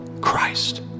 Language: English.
Christ